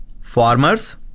farmers